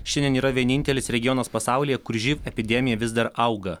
šiandien yra vienintelis regionas pasaulyje kur živ epidemija vis dar auga